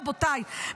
רבותיי,